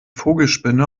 vogelspinne